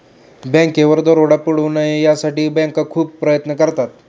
बँकेवर दरोडा पडू नये यासाठी बँका खूप प्रयत्न करतात